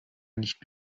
nicht